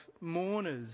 mourners